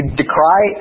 decry